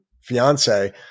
fiance